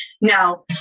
Now